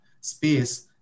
space